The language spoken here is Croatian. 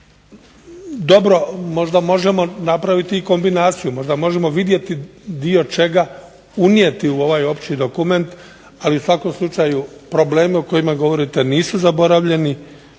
Dobro, možda možemo napraviti i kombinaciju, možda možemo vidjeti dio čega unijeti u ovaj opći dokument, ali u svakom slučaju problemi o kojima govorite nisu zaboravljeni